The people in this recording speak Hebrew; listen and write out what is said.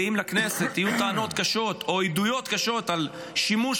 ואם לכנסת יהיו טענות קשות או עדויות קשות על שימוש